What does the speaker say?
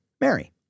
Mary